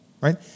Right